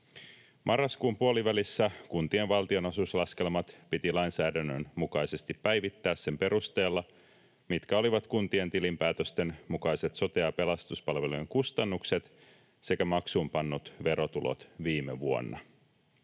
Marraskuun puolivälissä kuntien valtionosuuslaskelmat piti lainsäädännön mukaisesti päivittää sen perusteella, mitkä olivat kuntien tilinpäätösten mukaiset sote- ja pelastuspalvelujen kustannukset sekä maksuunpannut verotulot viime vuonna.